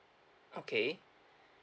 okay